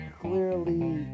clearly